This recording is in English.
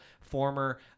former